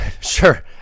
Sure